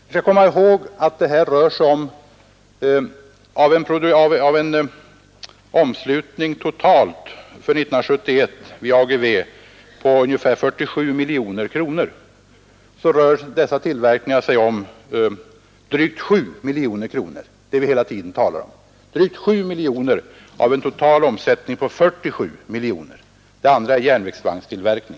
Vi skall komma ihåg att den tillverkning vi hela tiden talar om rör sig om drygt 7 miljoner kronor av den totala omsättningen vid AGV under år 1971, som var 47 miljoner kronor; det andra är järnvägsvagnstillverkning.